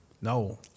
No